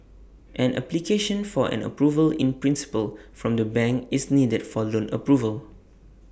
an application for an approval in principle from the bank is needed for loan approval